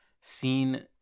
seen